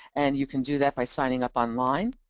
and you can do that by signing up online.